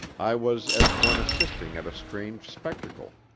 i was as one assisting at a strange spectacle.